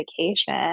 vacation